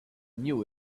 knew